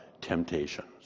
Temptations